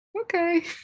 okay